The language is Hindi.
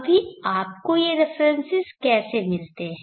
अभी आपको ये रेफरेन्सेस कैसे मिलते हैं